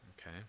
Okay